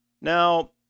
Now